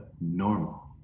normal